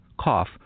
cough